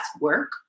work